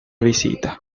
visita